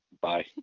Bye